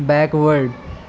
back ward